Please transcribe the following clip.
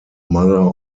mother